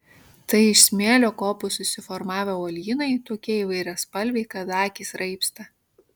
tai iš smėlio kopų susiformavę uolynai tokie įvairiaspalviai kad akys raibsta